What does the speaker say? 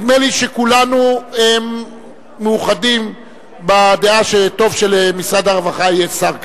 נדמה לי שכולנו מאוחדים בדעה שטוב שלמשרד הרווחה יהיה שר קבוע,